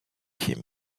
him